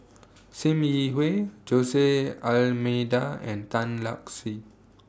SIM Yi Hui Josey Almeida and Tan Lark Sye